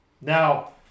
Now